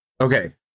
Okay